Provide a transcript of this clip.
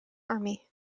army